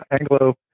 anglo